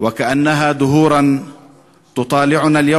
דומה שחלפו עידנים.